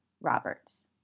Roberts